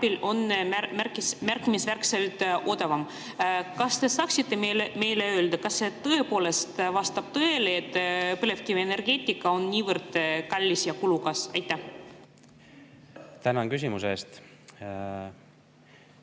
on märkimisväärselt odavam. Kas te saaksite meile öelda, kas see tõepoolest vastab tõele, et põlevkivienergeetika on niivõrd kallis ja kulukas? Austatud istungi